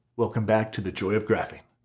welcome back to the joy of graphing.